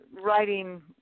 writing